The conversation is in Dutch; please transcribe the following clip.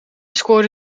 scoorde